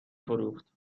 فروخت